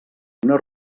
una